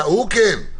הוא כן.